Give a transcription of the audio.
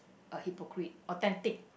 a hypocrite authentic